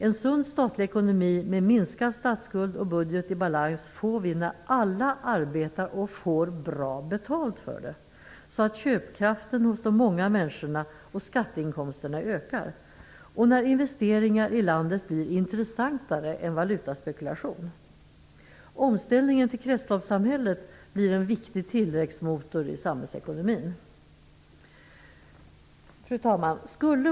En sund statlig ekonomi med minskad statsskuld och budget i balans får vi när alla arbetar och får bra betalt för det, så att köpkraften hos de många människorna och skatteinkomsterna ökar, och när investeringar i landet blir intressantare än valutaspekulation. Omställningen till kretsloppssamhället blir en viktig tillväxtmotor i samhällsekonomin. Fru talman!